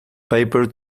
paper